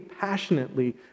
passionately